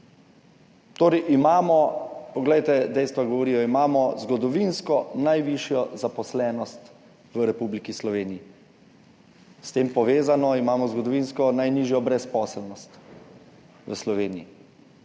Torej imamo, poglejte, dejstva govorijo, imamo zgodovinsko najvišjo zaposlenost v Republiki Sloveniji. S tem povezano imamo zgodovinsko najnižjo brezposelnost v Sloveniji.